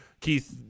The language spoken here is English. Keith